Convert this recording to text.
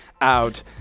out